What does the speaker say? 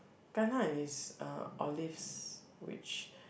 kana is uh olives which